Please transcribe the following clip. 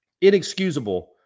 inexcusable